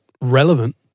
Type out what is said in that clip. relevant